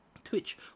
Twitch